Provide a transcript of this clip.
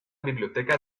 biblioteca